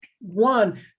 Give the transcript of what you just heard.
one